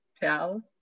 tell